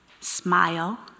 Smile